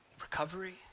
recovery